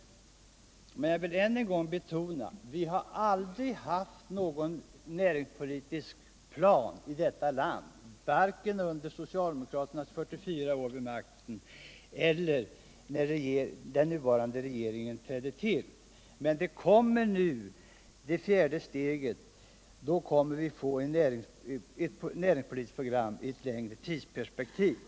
Jag vill än en gång betona att vi aldrig i detta land haft någon näringspolitisk plan vare sig under socialdemokraternas 44 år vid makten eller vid den tidpunkt då den nuvarande regeringen trädde till. Men i och med det fjärde steget kommer vi att få eu näringspolitiskt program i ett längre tidsperspektiv.